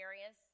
areas